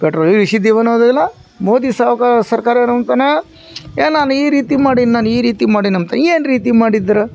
petrol ಇಳ್ಸಿದೀವಿ ಅನ್ನೋದು ಇಲ್ಲ ಮೋದಿ ಸಾವ್ಕಾ ಸರ್ಕಾರ ಏನಂತಾನೆ ಏ ನಾನು ಈ ರೀತಿ ಮಾಡೀನಿ ನಾನು ಈ ರೀತಿ ಮಾಡೀನಿ ಅಂಬ್ತ ಏನುರೀತಿ ಮಾಡಿದ್ರೆ